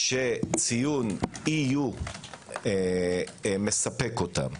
שציון EU מספק אותם.